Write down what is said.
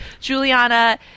Juliana